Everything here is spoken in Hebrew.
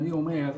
אברהים.